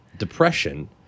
Depression